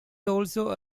also